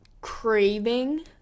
craving